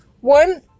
One